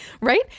Right